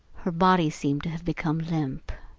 her body seemed to have become limp.